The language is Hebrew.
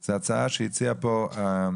זו ההצעה שהציע יצחק